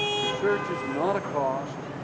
research is not a cost.